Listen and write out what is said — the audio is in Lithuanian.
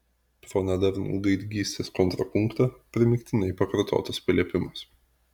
pro nedarnų gaidgystės kontrapunktą primygtinai pakartotas paliepimas